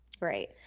Right